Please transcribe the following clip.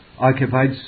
Occupied